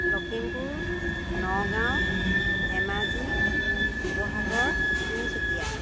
Lakhimpur Nagaon Dhemaji Sivasagar Tinsukia